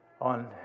on